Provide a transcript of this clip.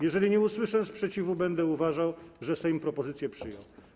Jeżeli nie usłyszę sprzeciwu, będę uważał, że Sejm propozycję przyjął.